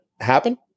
happen